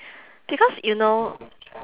because you know